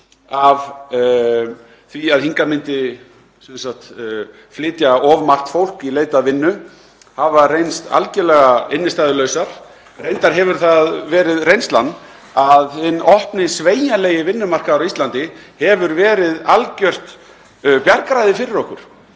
af því að hingað myndi flytja of margt fólk í leit að vinnu hafa reynst algjörlega innstæðulausar. Reyndar hefur það verið reynslan að hinn opni, sveigjanlegi vinnumarkaður á Íslandi hefur verið algjört bjargræði fyrir okkur